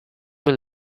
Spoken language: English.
will